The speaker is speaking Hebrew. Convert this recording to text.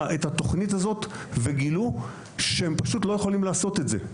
את התוכנית הזאת וגילו שהם פשוט לא יכולים לעשות את זה.